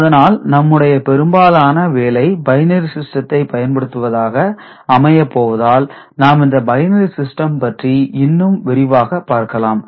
அதனால் நம்முடைய பெரும்பாலான வேலை பைனரி சிஸ்டத்தை பயன்படுத்துவதாக அமையப் போவதால் நாம் இந்த பைனரி சிஸ்டம் பற்றி இன்னும் விரிவாக பார்க்கலாம்